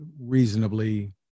reasonably